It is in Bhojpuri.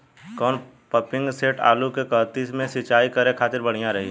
कौन पंपिंग सेट आलू के कहती मे सिचाई करे खातिर बढ़िया रही?